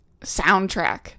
soundtrack